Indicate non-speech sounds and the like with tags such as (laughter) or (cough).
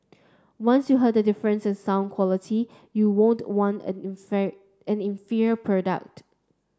once you hear the difference in sound quality you won't want an (unintelligible) an inferior product